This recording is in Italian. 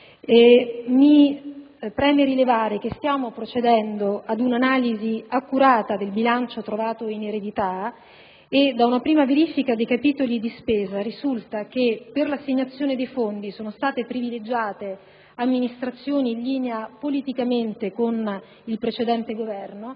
mi preme rilevare che stiamo procedendo ad un'analisi accurata del bilancio che abbiamo trovato in eredità. Da una prima verifica dei capitoli di spesa risulta che, per l'assegnazione dei fondi, sono state privilegiate amministrazioni politicamente in linea con il precedente Governo